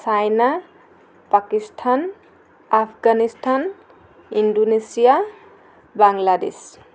China Pakistan Afghanistan Indonesia Bangladesh